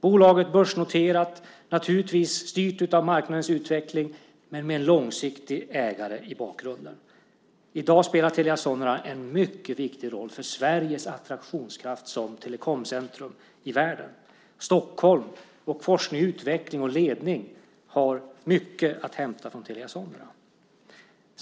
Bolaget är börsnoterat och naturligtvis styrt av marknadens utveckling men med en långsiktig ägare i bakgrunden. I dag spelar Telia Sonera en mycket viktig roll för Sveriges attraktionskraft som telekomcentrum i världen. Stockholm och forskning, utveckling och ledning har mycket att hämta från Telia Sonera.